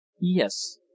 yes